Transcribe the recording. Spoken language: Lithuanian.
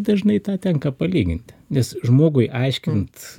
dažnai tą tenka palyginti nes žmogui aiškint